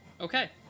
Okay